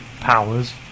powers